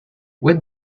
with